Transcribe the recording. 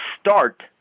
start